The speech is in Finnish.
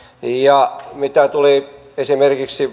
mitä tulee esimerkiksi